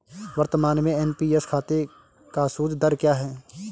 वर्तमान में एन.पी.एस खाते का सूद दर क्या है?